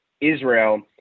Israel